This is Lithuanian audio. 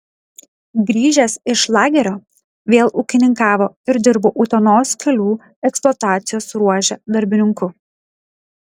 grįžęs iš lagerio vėl ūkininkavo ir dirbo utenos kelių eksploatacijos ruože darbininku